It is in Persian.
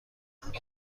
همه